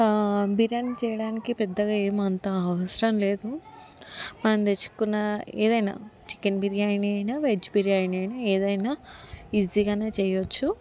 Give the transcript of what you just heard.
బిర్యానీ చేయడానికి పెద్దగా ఏమి అంత అవసరం లేదు మనం తెచ్చుకున్న ఏదైనా చికెన్ బిర్యానీ అయినా వెజ్ బిర్యానీ అయినా ఏదైనా ఈజీగానే చెయ్యచ్చు